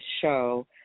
show